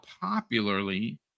popularly